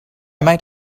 might